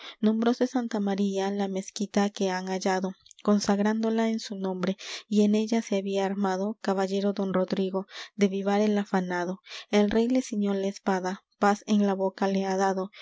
entregado nombróse santa maría la mezquita que han hallado consagrándola en su nombre y en ella se había armado caballero don rodrigo de vivar el afamado el rey le ciñó la espada paz en la boca le ha dado